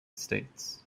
states